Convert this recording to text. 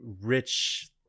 rich